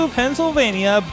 pennsylvania